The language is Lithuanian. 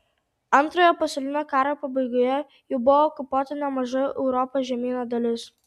antrojo pasaulinio karo pabaigoje jau buvo okupuota nemaža europos žemyno dalis